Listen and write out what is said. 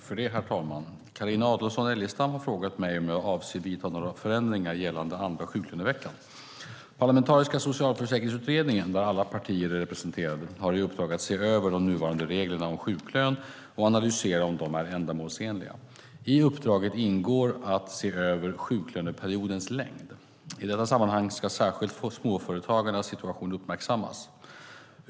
Herr talman! Carina Adolfsson Elgestam har frågat mig om jag avser att vidta några förändringar gällande andra sjuklöneveckan. Parlamentariska socialförsäkringsutredningen, där alla partier är representerade, har i uppdrag att se över de nuvarande reglerna om sjuklön och analysera om de är ändamålsenliga. I uppdraget ingår att se över sjuklöneperiodens längd. I detta sammanhang ska särskilt småföretagarnas situation uppmärksammas.